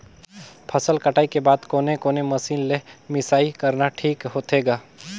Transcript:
फसल कटाई के बाद कोने कोने मशीन ले मिसाई करना ठीक होथे ग?